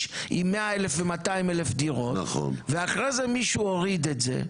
עם 100,000 ו-200,000 דירות ואחרי זה מישהו הוריד את זה,